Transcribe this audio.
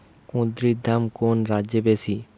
কুঁদরীর দাম কোন রাজ্যে বেশি?